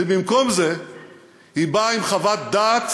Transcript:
ובמקום זה היא באה עם חוות דעת